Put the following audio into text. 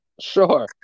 Sure